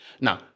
Now